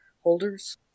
holders